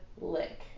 lick